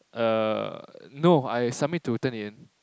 err no I submit to Turnitin